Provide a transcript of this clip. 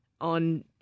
on